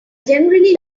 generally